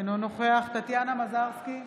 אינו נוכח טטיאנה מזרסקי,